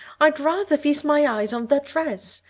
i'd rather feast my eyes on that dress.